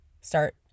start